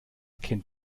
kennt